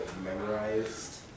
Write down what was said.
Memorized